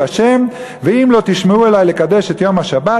ה': "ואם לא תשמעו אלי לקדש את יום השבת,